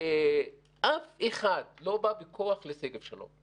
אף אחד לא בא בכוח לשגב שלום.